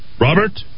Robert